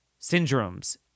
syndromes